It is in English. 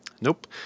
nope